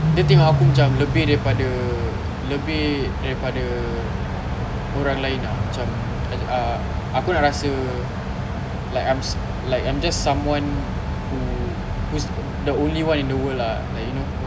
dia tengok aku macam lebih daripada lebih daripada orang lain ah macam uh aku nak rasa like I'm like I'm just someone who whose the only one in the world ah like you know